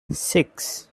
six